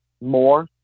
more